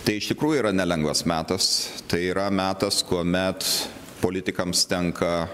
tai iš tikrųjų yra nelengvas metas tai yra metas kuomet politikams tenka